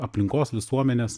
aplinkos visuomenės